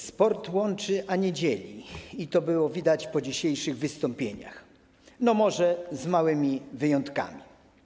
Sport łączy, a nie dzieli, i to było widać po dzisiejszych wystąpieniach, może z małymi wyjątkami.